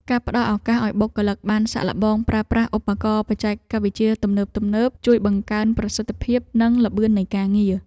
ការផ្តល់ឱកាសឱ្យបុគ្គលិកបានសាកល្បងប្រើប្រាស់ឧបករណ៍បច្ចេកវិទ្យាទំនើបៗ ជួយបង្កើនប្រសិទ្ធភាពនិងល្បឿននៃការងារ។